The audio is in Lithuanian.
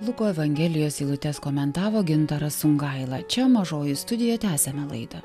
luko evangelijos eilutes komentavo gintaras sungaila čia mažoji studija tęsiame laidą